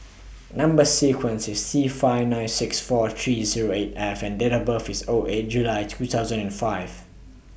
Number sequence IS T five nine six four three Zero eight F and Date of birth IS O eight July two thousand and five